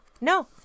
No